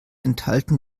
enthalten